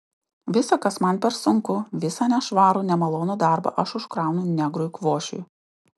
visa kas man per sunku visą nešvarų nemalonų darbą aš užkraunu negrui kvošiui